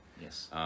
Yes